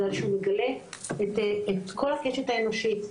כיוון שהוא מגלה את כל הקשת האנושית,